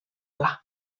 pla